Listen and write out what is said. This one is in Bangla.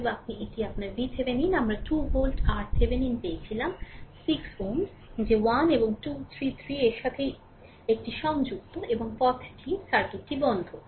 অতএব আপনি এটি আপনার VThevenin আমরা 2 ভোল্ট RThevenin পেয়েছিলাম 6 Ω যে 1 এবং 2 3 3 এর সাথেই এটি সংযুক্ত এবং পথটি সার্কিটটি বন্ধ